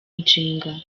inshinga